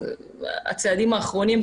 הצעדים האחרונים,